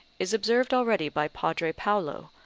is observed already by padre paolo,